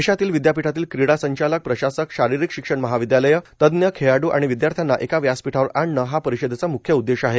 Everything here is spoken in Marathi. देशातील विद्यापीठातील क्रीडा संचालक प्रशासक शारीरिक शिक्षण महाविद्यालय तज्ज खेळाडू आणि विद्याथ्र्यांना एका व्यासपीठावर आणणं हा परिषदेचा म्ख्य उद्देष आहे